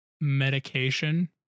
Medication